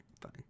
fine